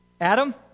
Adam